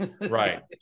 Right